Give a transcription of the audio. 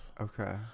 Okay